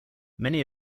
many